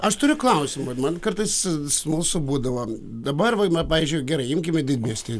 aš turiu klausimą man kartais smalsu būdavo dabar va pavyzdžiui gerai imkime didmiestį